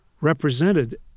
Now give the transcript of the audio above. represented